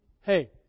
hey